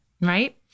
right